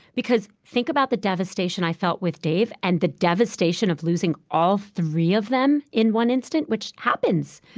because think about the devastation i felt with dave, and the devastation of losing all three of them in one instant, which happens.